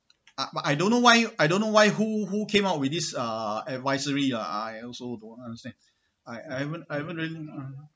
ah but I don't know why I don't know why who who came up with this uh advisory lah I also don't understand I I haven't I haven't really uh